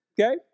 okay